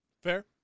Fair